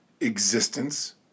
Existence